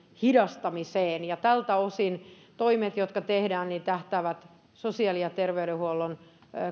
hidastamiseen ja tältä osin toimet jotka tehdään tähtäävät sosiaali ja terveydenhuollon